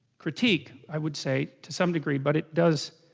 critique i would say to some degree but it does